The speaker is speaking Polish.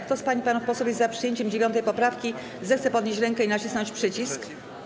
Kto z pań i panów posłów jest przyjęciem 9. poprawki, zechce podnieść rękę i nacisnąć przycisk.